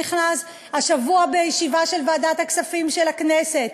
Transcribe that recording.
שנכנס השבוע בישיבה של ועדת הכספים של הכנסת,